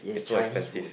is so expensive